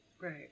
Right